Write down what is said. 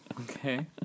Okay